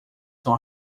são